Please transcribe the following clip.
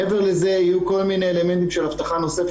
מעבר לזה יהיו כל מיני אלמנטים של אבטחה נוספת